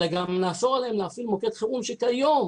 אלא גם נאסור עליהם להפעיל מוקד חירום שכיום,